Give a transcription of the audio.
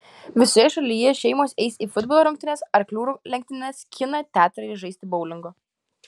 visoje šalyje šeimos eis į futbolo rungtynes arklių lenktynes kiną teatrą ir žaisti boulingo